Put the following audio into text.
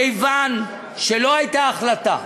מכיוון שלא הייתה החלטה